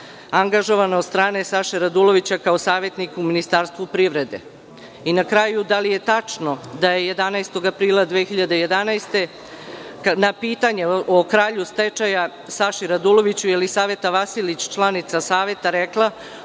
angažovana od strane Saše Radulovića kao savetnik u Ministarstvu privrede? Da li je tačno da je 11. aprila 2011. godine na pitanje o kralju stečaja Saši Raduloviću, Jelisaveta Vasilić, članica Saveta, rekla